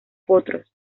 potros